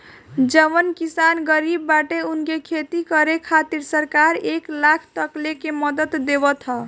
जवन किसान गरीब बाटे उनके खेती करे खातिर सरकार एक लाख तकले के मदद देवत ह